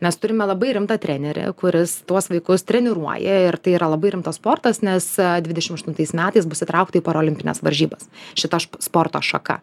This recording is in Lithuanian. mes turime labai rimtą trenerį kuris tuos vaikus treniruoja ir tai yra labai rimtas sportas nes dvidešimt aštuntais metais bus įtraukta į parolimpines varžybas šita sporto šaka